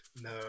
No